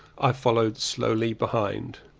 i followed slowly behind.